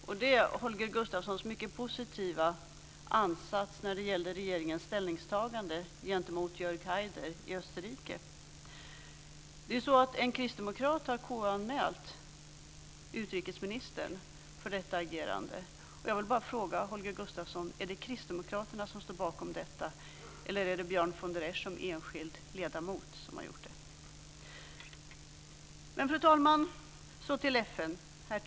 Det är Holger Gustafssons mycket positiva ansats när det gäller regeringens ställningstagande gentemot Jörg Haider i Österrike. En kristdemokrat har KU-anmält utrikesministern för detta agerande. Jag vill bara fråga Holger Gustafsson: Är det Kristdemokraterna som står bakom detta eller är det Björn von der Esch som enskild ledamot som har gjort anmälan? Herr talman! Så till FN.